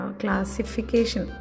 classification